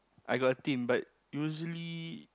I got a team but usually